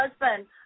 husband